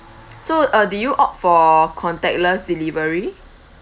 so uh did you opt for contactless delivery